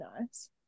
nice